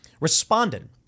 Responded